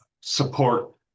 support